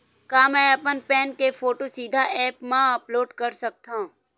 का मैं अपन पैन के फोटू सीधा ऐप मा अपलोड कर सकथव?